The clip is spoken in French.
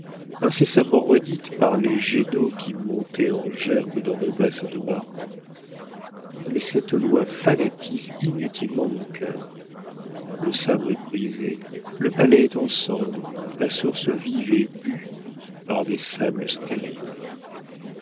incessamment redite par les jets d'eau qui montaient en gerbes dans nos bassins de marbre mais cette loi fanatise inutilement mon cœur le sabre est brisé le palais est en cendres la source vive est bue par des sables stériles